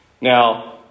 Now